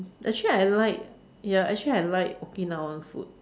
actually I like ya actually I like okinawa food